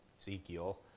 Ezekiel